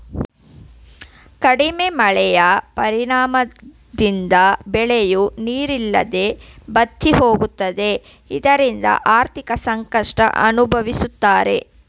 ಕಡಿಮೆ ಮಳೆಯ ಪರಿಣಾಮದಿಂದ ಬೆಳೆಯೂ ನೀರಿಲ್ಲದೆ ಬತ್ತಿಹೋಗುತ್ತದೆ ಇದರಿಂದ ಆರ್ಥಿಕ ಸಂಕಷ್ಟ ಅನುಭವಿಸುತ್ತಾರೆ